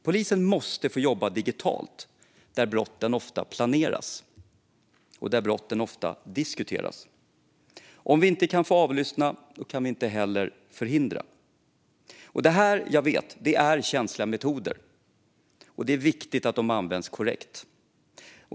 Polisen måste få jobba digitalt, där brotten ofta planeras och diskuteras. Om vi inte kan få avlyssna kan vi inte heller förhindra. Jag vet att det här är känsliga metoder, och det är viktigt att de används korrekt.